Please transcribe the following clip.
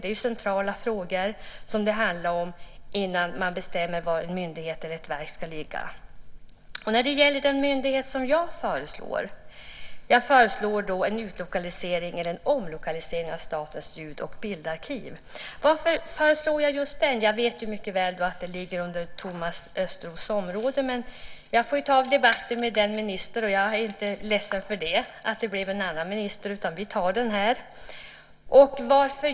Det är centrala frågor som det handlar om innan man bestämmer var en myndighet eller ett verk ska ligga. Den myndighet som jag föreslår ska utlokaliseras eller omlokaliseras är Statens ljud och bildarkiv. Varför föreslår jag just den? Jag vet mycket väl att den ligger under Thomas Östros område. Men jag är inte ledsen att jag får ta den debatten med en annan minister.